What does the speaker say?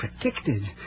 protected